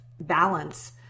balance